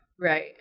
Right